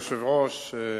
אדוני היושב-ראש,